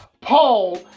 Paul